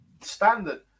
Standard